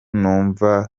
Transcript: numva